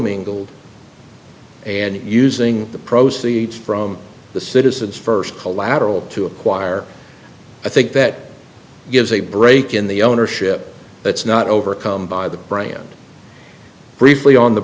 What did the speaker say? mingled and using the proceeds from the citizens first collateral to acquire i think that gives a break in the ownership that's not overcome by the brand briefly on the